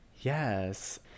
yes